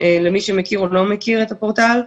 למי שמכיר או לא מכיר את הפורטל.